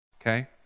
Okay